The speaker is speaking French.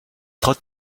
trot